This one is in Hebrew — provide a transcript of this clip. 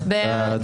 בעד?